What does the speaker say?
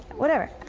whatever.